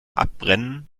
abbrennen